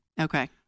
Okay